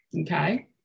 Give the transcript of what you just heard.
Okay